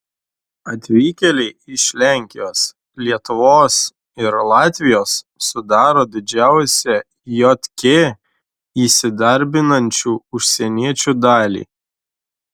atvykėliai iš lenkijos lietuvos ir latvijos sudaro didžiausią jk įsidarbinančių užsieniečių dalį